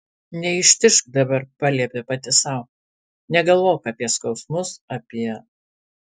neištižk dabar paliepė pati sau negalvok apie skausmus apie